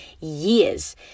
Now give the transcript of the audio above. years